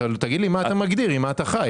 תגיד לי מה אתה מגדיר ועם מי אתה חי.